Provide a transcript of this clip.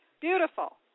Beautiful